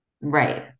right